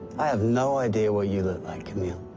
i have no idea what you look like, camille.